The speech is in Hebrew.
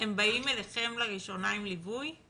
הם באים אליכם לראשונה עם ליווי?